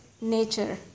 nature